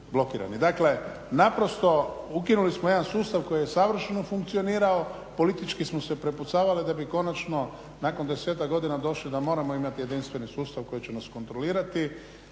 Dakle naprosto, ukinuli smo jedan sustav koji je savršeno funkcionirao, politički smo se prepucavali da bi konačno nakon 10-tak godina došli da moramo imati jedinstveni sustav koji će nas kontrolirati